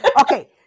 Okay